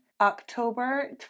October